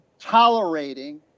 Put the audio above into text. tolerating